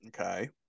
Okay